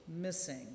missing